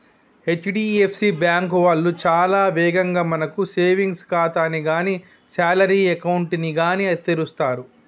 HDFC bank వాళ్ళు చాలా వేగంగా మనకు సేవింగ్స్ ఖాతాని గానీ శాలరీ అకౌంట్ ని గానీ తెరుస్తరు